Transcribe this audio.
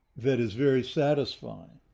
that is very satisfying.